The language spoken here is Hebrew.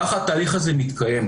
ככה התהליך הזה מתקיים,